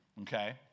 okay